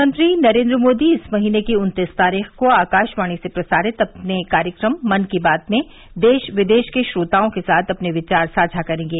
प्रधानमंत्री नरेन्द्र मोदी इस महीने की उन्तीस तारीख को आकाशवाणी से प्रसारित अपने कार्यक्रम मन की बात में देश विदेश के श्रोताओं के साथ अपने विचार साझा करेंगे